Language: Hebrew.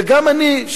וגם אני,